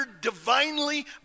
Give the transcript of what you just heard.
divinely